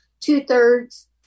Two-thirds